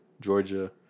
Georgia